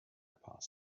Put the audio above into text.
past